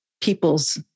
people's